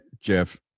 Jeff